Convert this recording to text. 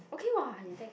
okay !wah! your dad can